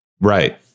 right